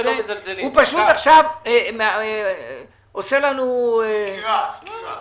הוא פשוט עכשיו עושה לנו --- חברת הכנסת זנדברג,